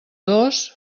dos